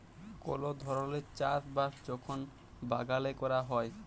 call ধরলের চাষ বাস যখল বাগালে ক্যরা হ্যয়